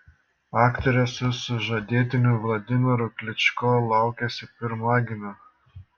aktorė su sužadėtiniu vladimiru kličko laukiasi pirmagimio